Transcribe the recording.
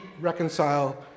reconcile